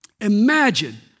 Imagine